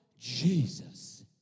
Jesus